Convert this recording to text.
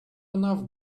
enough